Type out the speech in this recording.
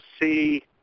see